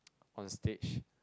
on a stage